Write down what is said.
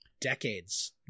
decades